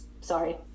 Sorry